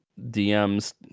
DMs